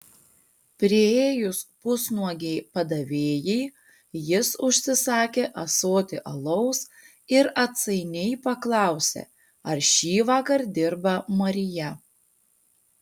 priėjus pusnuogei padavėjai jis užsisakė ąsotį alaus ir atsainiai paklausė ar šįvakar dirba marija